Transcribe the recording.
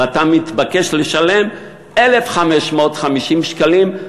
ואתה מתבקש לשלם 1,550 שקלים,